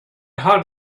heart